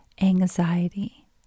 anxiety